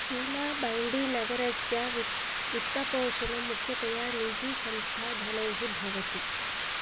China बैण्डी नगरस्य वि वित्तपोषणं मुख्यतया निजी संस्थाधनैः भवति